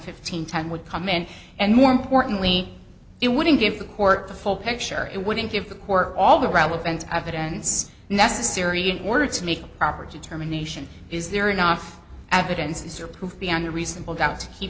fifteen ten would come in and more importantly it wouldn't give the court the full picture it wouldn't give the court all the relevant evidence necessary in order to make a proper determination is there enough evidence or proof beyond a reasonable doubt he